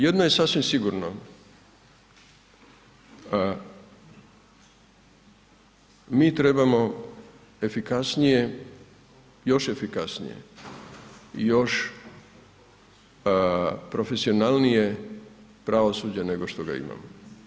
Jedno je sasvim sigurno, mi trebamo efikasnije, još efikasnije i još profesionalnije pravosuđe nego što ga imamo.